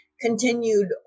continued